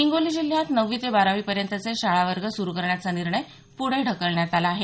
हिंगोली जिल्ह्यात नववी ते बारावीपर्यंतचे शाळा वर्ग सुरू करण्याचा निर्णय पुढे ढकलण्यात आला आहे